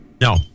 No